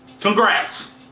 Congrats